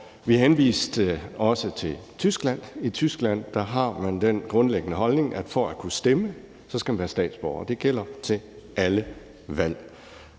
Vi henviste også til Tyskland. I Tyskland har man den grundlæggende holdning, at for at kunne stemme skal man være statsborger, og det gælder til alle valg.